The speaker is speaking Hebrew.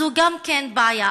אז זו גם כן בעיה.